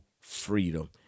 freedom